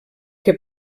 que